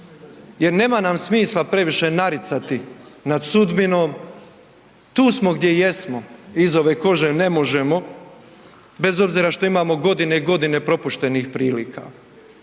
jer nema nam smisla previše naricati nad sudbinom, tu smo gdje jesmo, iz ove kože ne možemo bez obzira što imamo godine i godine propuštenih prilika.